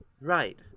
Right